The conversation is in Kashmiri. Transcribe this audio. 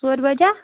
ژورِ بَجہٕ ہا